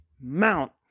Mount